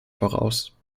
voraus